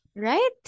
Right